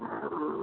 हाँ हाँ